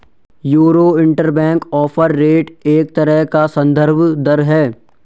euro interbank offer rate एक तरह का सन्दर्भ दर है